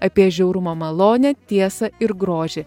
apie žiaurumą malonią tiesą ir grožį